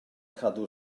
cadw